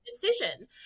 Decision